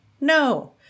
no